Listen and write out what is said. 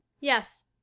Yes